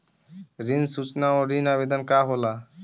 ऋण सूचना और ऋण आवेदन का होला?